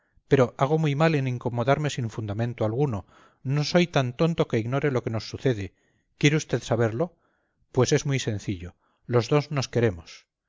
pero hago muy mal en incomodarme sin fundamento alguno no soy tan tonto que ignore lo que nos sucede quiere usted saberlo pues es muy sencillo los dos nos queremos